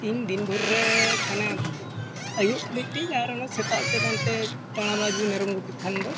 ᱤᱧ ᱫᱤᱱ ᱵᱷᱳᱨ ᱨᱮ ᱢᱟᱱᱮ ᱟᱹᱭᱩᱵ ᱢᱤᱫᱴᱤᱡ ᱟᱨ ᱚᱱᱟ ᱥᱮᱛᱟᱜ ᱥᱮᱫ ᱚᱱᱛᱮ ᱫᱟᱬᱟ ᱵᱟᱲᱟ ᱡᱩᱫᱤ ᱢᱮᱨᱚᱢ ᱜᱩᱯᱤ ᱠᱷᱟᱱ ᱫᱚ